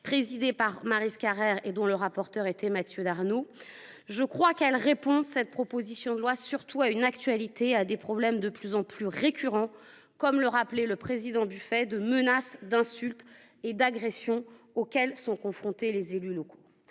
présidée par Maryse Carrère et dont le rapporteur était Mathieu Darnaud. Je crois que ce texte répond surtout à une actualité, à des problèmes de plus en plus récurrents, comme le rappelait François Noël Buffet, de menaces, d’insultes et d’agressions auxquelles sont confrontés les élus locaux.